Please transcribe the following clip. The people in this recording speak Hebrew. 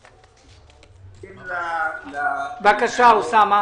בהחלט ניתן לפתוח את זה - אם לא לשבע שנים לחמש שנים.